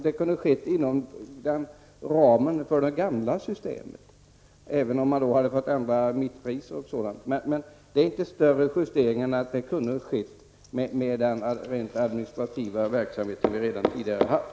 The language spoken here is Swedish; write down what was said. De kunde ha gjorts inom ramen för det gamla systemet, även om man då hade fått ändra mittpriser och sådant. Justeringarna är inte större än att de hade kunnat ske med den rent administrativa verksamhet som vi redan tidigare haft.